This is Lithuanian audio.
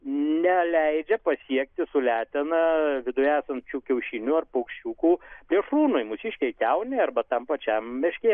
neleidžia pasiekti su letena viduje esančių kiaušinių ar paukščiukų plėšrūnui mūsiškei kiaunei arba tam pačiam meškėnui